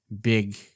big